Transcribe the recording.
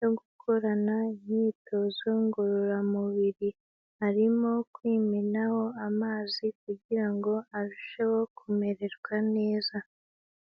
yo gukorana imyitozo ngororamubiri, arimo kwimenaho amazi kugira ngo arusheho kumererwa neza.